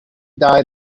died